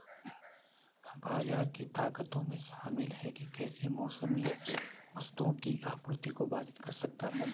बाजार की ताकतों में शामिल हैं कि कैसे मौसम वस्तुओं की आपूर्ति को बाधित कर सकता है